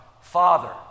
Father